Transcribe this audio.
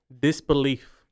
Disbelief